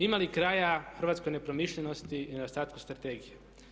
Ima li kraja hrvatskoj nepromišljenosti i nedostatku strategije?